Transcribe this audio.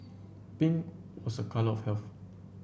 pink was a colour of health